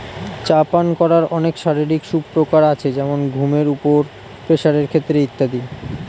চা পান করার অনেক শারীরিক সুপ্রকার আছে যেমন ঘুমের উপর, প্রেসারের ক্ষেত্রে ইত্যাদি